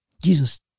Jesus